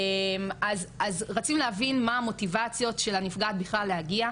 אז רצינו להבין מה המוטיבציות של הנפגעת בכלל להגיע,